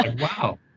wow